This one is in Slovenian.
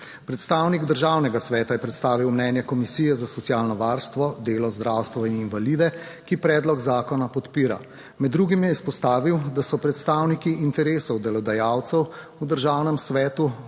Predstavnik Državnega sveta je predstavil mnenje Komisije za socialno varstvo, delo, zdravstvo in invalide, ki predlog zakona podpira. Med drugim je izpostavil, da so predstavniki interesov delodajalcev v Državnem svetu